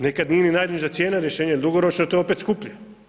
Nekad nije ni najniža cijena rješenje, jer dugoročno to je opet skuplje.